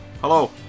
Hello